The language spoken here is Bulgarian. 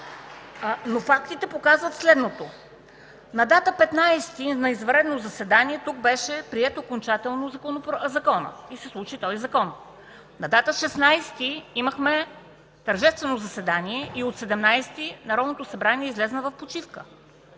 Но фактите показват следното: на дата 15-и, на извънредно заседание тук беше приет окончателно законът и се случи този закон; на дата 16-и имахме тържествено заседание и от 17 април Народното събрание излезе в почивка.